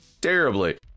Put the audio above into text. terribly